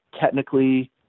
technically